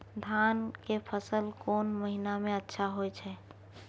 धान के फसल कोन महिना में अच्छा होय छै?